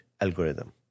algorithm